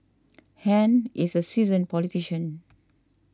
Han is a seasoned politician